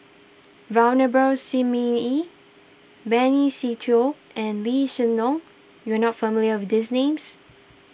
Venerable Shi Ming Yi Benny Se Teo and Lee Hsien Loong you are not familiar with these names